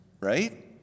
right